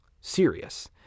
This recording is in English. serious